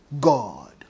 God